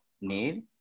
need